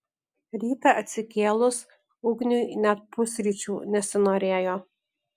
rytą atsikėlus ugniui net pusryčių nesinorėjo